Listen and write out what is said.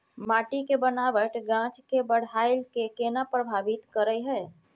माटी के बनावट गाछ के बाइढ़ के केना प्रभावित करय हय?